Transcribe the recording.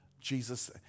Jesus